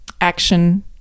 action